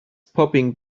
popping